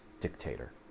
dictator